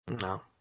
No